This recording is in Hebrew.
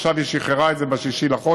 עכשיו היא שחררה את זה, ב-6 בחודש,